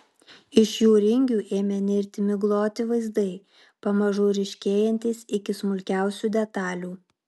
iš jų ringių ėmė nirti migloti vaizdai pamažu ryškėjantys iki smulkiausių detalių